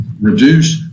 reduce